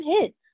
hits